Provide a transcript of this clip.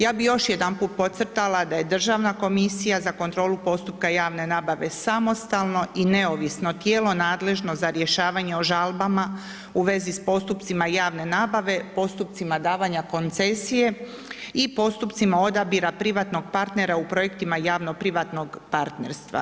Ja bi još jedanput podcrtala da je Državna komisija za kontrolu postupka javne nabave samostalno i neovisno tijelo nadležno za rješavanje o žalbama u vezi s postupcima javne nabave, postupcima davanja koncesije i postupcima odabira privatnog partnera u projektima javno-privatnog partnerstva.